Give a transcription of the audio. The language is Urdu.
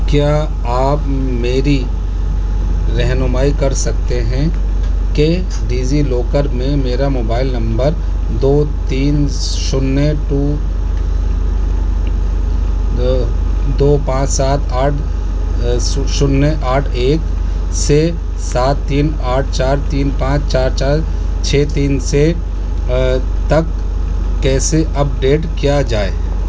کیا آپ میری رہنمائی کر سکتے ہیں کہ ڈیزی لاکر میں میرا موبائل نمبر دو تین شونیہ ٹو دو پانچ سات آٹھ شونیہ آٹھ ایک سے سات تین آٹھ چار تین پانچ چار چار چھ تین سے تک کیسے اپ ڈیٹ کیا جائے